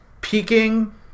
peaking